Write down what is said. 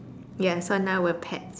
ya so now we're pet